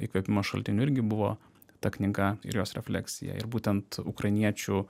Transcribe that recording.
įkvėpimo šaltinių irgi buvo ta knyga ir jos refleksija ir būtent ukrainiečių